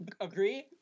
agree